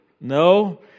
No